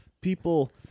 people